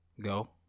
go